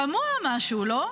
תמוה משהו, לא?